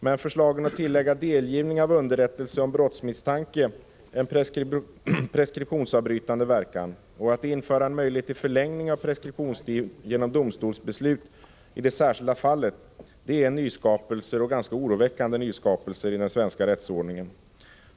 Men förslagen att tillägga delgivning av underrättelse om brottsmisstanke en preskriptionsavbrytande verkan och att införa en möjlighet till förlängning av preskriptionstid genom domstols beslut i det särskilda fallet är nyskapelser — och ganska oroväckande sådana — i den svenska rättsordningen.